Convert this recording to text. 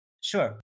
Sure